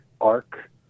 arc